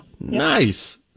Nice